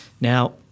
Now